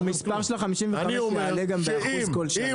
אני אומר שאם רשת גדולה ---- יעלה גם באחוז בכל שנה.